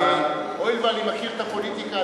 הואיל ואני מכיר את הפוליטיקה,